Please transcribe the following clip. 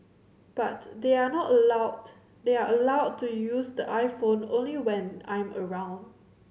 but they are not allowed they are allowed to use the iPhone only when I'm around